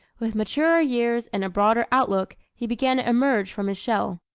with maturer years and a broader outlook he began to emerge from his shell.